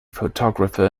photographer